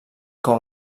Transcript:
com